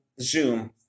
Zoom